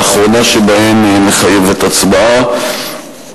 שהאחרונה שבהן מחייבת הצבעה.